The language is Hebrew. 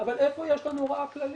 אבל איפה יש לנו הוראה כללית?